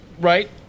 Right